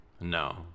No